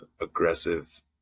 aggressive